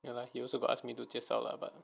ya lah he also got ask me to 介绍 lah but